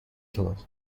طور